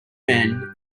men